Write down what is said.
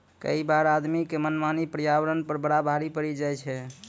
कई बार आदमी के मनमानी पर्यावरण पर बड़ा भारी पड़ी जाय छै